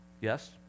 Yes